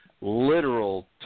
literal